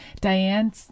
Diane